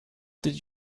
did